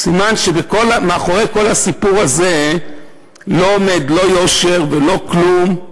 סימן שמאחורי כל הסיפור הזה לא עומד לא יושר ולא כלום.